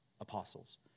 apostles